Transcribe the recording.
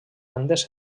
andes